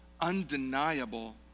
undeniable